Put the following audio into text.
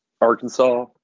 Arkansas